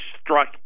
struck